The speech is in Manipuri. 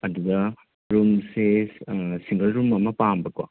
ꯑꯗꯨꯗ ꯔꯨꯝꯁꯦ ꯁꯤꯡꯒꯜ ꯔꯨꯝ ꯑꯃ ꯄꯥꯝꯕꯀꯣ